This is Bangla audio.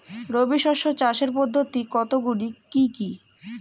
রবি শস্য চাষের পদ্ধতি কতগুলি কি কি?